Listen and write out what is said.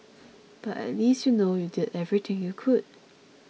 but at least you'll know you did everything you could